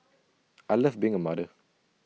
I love being A mother